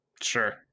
Sure